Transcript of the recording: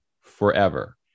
forever